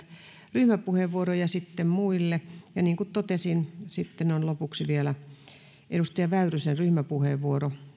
ryhmäpuheenvuoron ja sitten muille ja niin kuin totesin sitten on vielä lopuksi edustaja väyrysen ryhmäpuheenvuoro